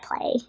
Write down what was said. play